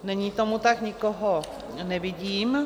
Není tomu tak, nikoho nevidím.